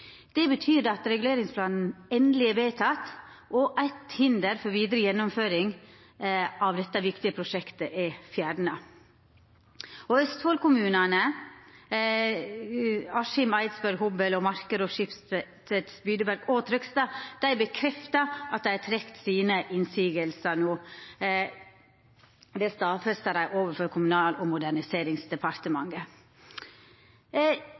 Det betyr at reguleringsplanen er endeleg vedteken, og at eit hinder for vidare gjennomføring av dette viktige prosjektet er fjerna. Østfold-kommunane Askim, Eidsberg, Hobøl, Marker, Skiptvet, Spydeberg og Trøgstad bekreftar at dei har trekt sine innvendingar. Det stadfesta dei overfor Kommunal- og